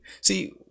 See